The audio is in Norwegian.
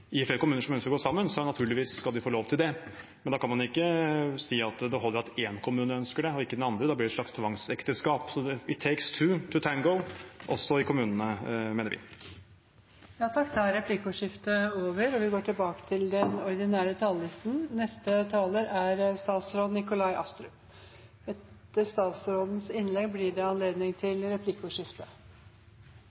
flere kommuner som ønsker å gå sammen, skal de naturligvis få lov til det. Men da kan man ikke si at det holder at én kommune ønsker det, og ikke den andre. Da blir det et slags tvangsekteskap. «It takes two to tango» også i kommunene, mener vi. Replikkordskiftet er omme. Regjeringen vil ta Norge trygt ut av koronakrisen ved å skape mer, inkludere flere og sikre et godt velferdstilbud til